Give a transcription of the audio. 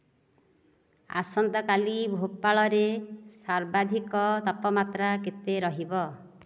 ଆସନ୍ତାକାଲି ଭୋପାଳରେ ସର୍ବାଧିକ ତାପମାତ୍ରା କେତେ ରହିବ